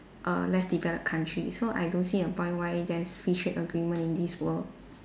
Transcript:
err less developed country so I don't see a point why there's free trade agreement in this world